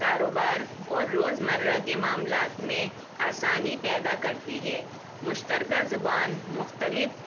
کاروبار اور روز مرہ کے معاملات میں آسانی پیدا کرتی ہے مشترکہ زبان مختلف